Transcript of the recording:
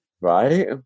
Right